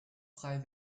frei